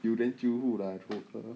you then 久户啦 troller